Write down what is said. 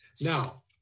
Now